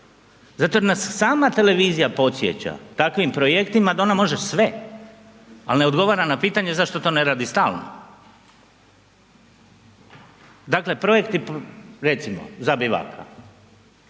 zato jer nas sama televizija podsjeća takvim projektima da ona može sve, al ne odgovara na pitanje zašto to ne radi stalno. Dakle, projekti recimo za Bileka,